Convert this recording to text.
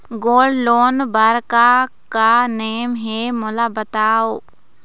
Gold loan बार का का नेम हे, मोला बताव?